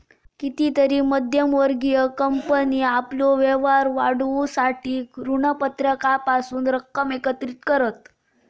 कितीतरी मध्यम वर्गीय कंपनी आपलो व्यापार वाढवूसाठी ऋणपत्रांपासून रक्कम एकत्रित करतत